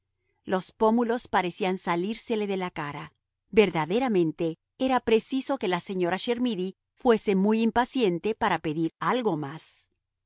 los pómulos parecían salírsele de la cara verdaderamente era preciso que la señora chermidy fuese muy impaciente para pedir algo más